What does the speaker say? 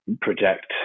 project